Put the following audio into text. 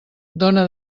dona